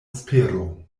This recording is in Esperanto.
espero